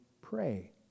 pray